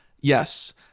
Yes